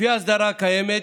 לפי האסדרה הקיימת,